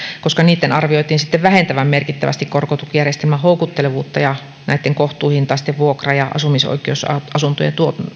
koska niitten arvioitiin vähentävän merkittävästi korkotukijärjestelmän houkuttelevuutta ja kohtuuhintaisten vuokra ja asumisoikeusasuntojen